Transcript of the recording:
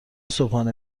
صبحانه